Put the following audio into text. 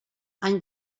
any